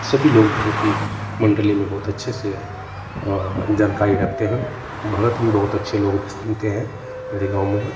सभी लोग हैं कि मण्डली में बहुत अच्छे से जानकारी रखते हैं भगत भी बहुत अच्छे लोग भी सुनते हैं मेरे गाँव में